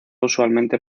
usualmente